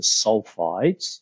sulfides